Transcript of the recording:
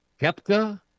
Kepka